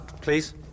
please